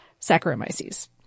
Saccharomyces